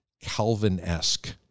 Calvin-esque